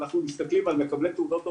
אנחנו מסתכלים על מקבלי תעודות הוראה,